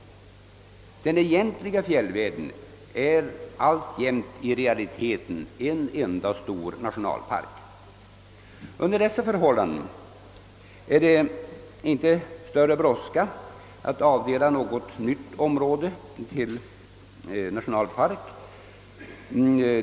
Den egentliga fjällvärlden är alltjämt i realiteten en enda stor nationalpark. Under dessa förhållanden kan det inte vara någon större brådska med att avdela något nytt markområde till nationalpark.